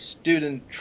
student